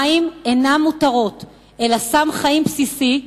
מים אינם מותרות אלא סם חיים בסיסי,